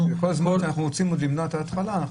כשאנחנו רוצים עוד למנוע את ההתחלה.